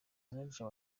manager